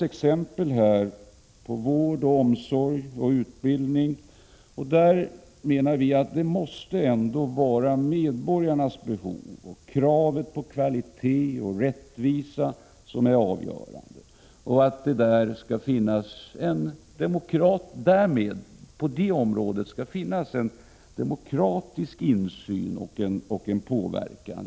Som exempel har tagits vård, omsorg och utbildning. Där, menar vi, måste det ändå vara medborgarnas behov och kravet på kvalitet och rättvisa som är avgörande. På det området skall det finnas en demokratisk insyn och påverkan.